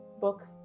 book